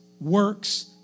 works